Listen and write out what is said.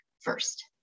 first